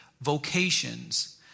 vocations